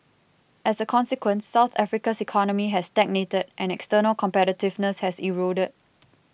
as a consequence South Africa's economy has stagnated and external competitiveness has eroded